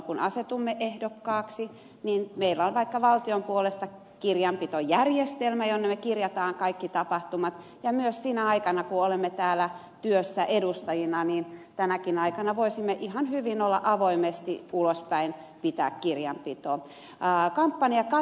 kun asetumme ehdokkaaksi niin meillä on vaikka valtion puolesta kirjanpitojärjestelmä jonne me kirjaamme kaikki tapahtumat ja myös sinä aikana kun olemme täällä työssä edustajina voisimme ihan hyvin avoimesti ulospäin pitää kirjanpitoa